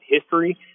history